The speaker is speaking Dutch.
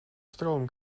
stroom